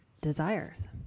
desires